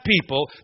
people